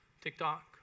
TikTok